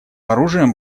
оружием